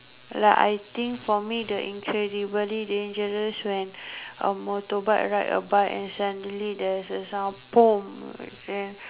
like I think for me the incredibly dangerous when a motorbike ride a bike and suddenly there's a sound and